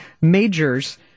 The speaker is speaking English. majors